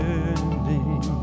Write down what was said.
ending